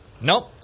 Nope